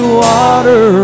water